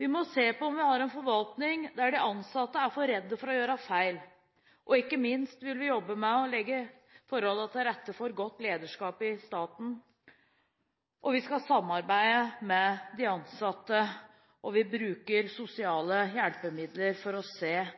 Vi må se på om vi har en forvaltning der de ansatte er for redde for å gjøre feil. Ikke minst vil vi jobbe med å legge forholdene til rette for godt lederskap i staten. Vi skal samarbeide med de ansatte, og vi bruker sosiale medier for å se